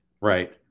Right